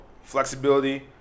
Flexibility